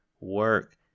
work